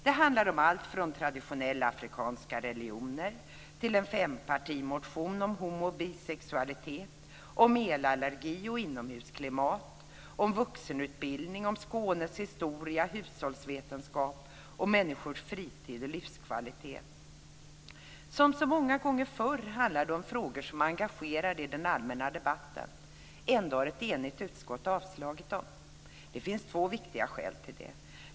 Det handlar om allt från traditionella afrikanska religioner till en fempartimotion om homo-/bisexualitet, om elallergi och inomhusklimat, om vuxenutbildning, Skånes historia och hushållsvetenskap, om människors fritid och livskvalitet. Som så många gånger förr handlar det om frågor som engagerar i den allmänna debatten. Ändå har ett enigt utskott avstyrkt dem. Det finns två viktiga skäl till det.